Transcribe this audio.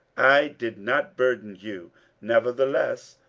i did not burden you nevertheless,